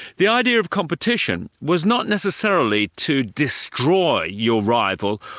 the idea of competition was not necessarily to destroy your rival,